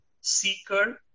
seeker